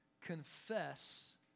Confess